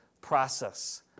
process